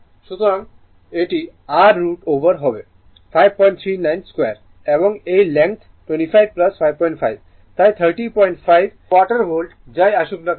সুতরাং এটি r root over হবে 539 স্কোয়ারএবং এই লেংথ 25 55 তাই 305 স্কোয়ারভোল্ট যাই আসুক না কেন